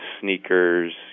sneakers